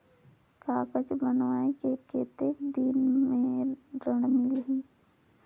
कागज बनवाय के कतेक दिन मे ऋण मिलही?